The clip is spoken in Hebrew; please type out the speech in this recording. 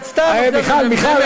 את סתם, באמת.